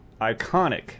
iconic